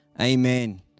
Amen